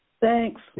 Thanks